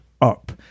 up